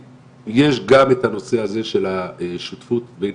יש גם את הנושא הזה של השותפות בין